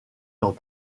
dans